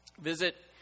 visit